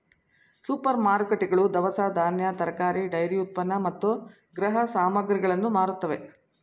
super ಮಾರುಕಟ್ಟೆಗಳು ದವಸ ಧಾನ್ಯ, ತರಕಾರಿ, ಡೈರಿ ಉತ್ಪನ್ನ ಮತ್ತು ಗೃಹ ಸಾಮಗ್ರಿಗಳನ್ನು ಮಾರುತ್ತವೆ